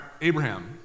Abraham